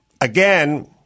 again